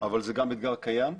אבל זה גם אתגר קיים,